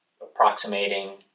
approximating